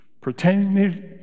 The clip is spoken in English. Pretending